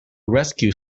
rescue